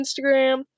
Instagram